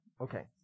Okay